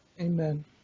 Amen